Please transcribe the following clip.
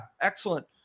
excellent